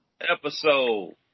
Episode